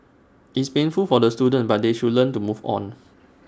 it's painful for the students but they should learn to move on